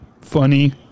funny